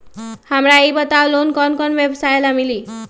हमरा ई बताऊ लोन कौन कौन व्यवसाय ला मिली?